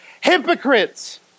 hypocrites